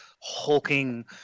hulking